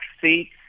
seats